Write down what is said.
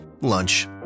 Lunch